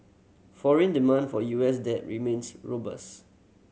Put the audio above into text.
foreign demand for U S debt remains robust